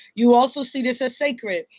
you also see this as sacred.